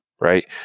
right